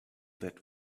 that